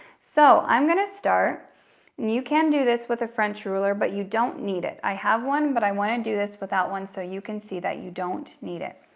so i'm gonna start, and you can do this with a french ruler, but you don't need it. i have one, but i wanna do this without one so you can see that you don't need it.